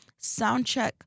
Soundcheck